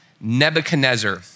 Nebuchadnezzar